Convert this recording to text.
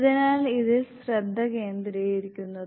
അതിനാലാണ് ഇതിൽ ശ്രദ്ധ കേന്ദ്രീകരിക്കുന്നത്